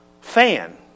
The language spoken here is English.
fan